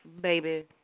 baby